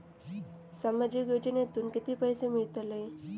सामाजिक योजनेतून किती पैसे मिळतले?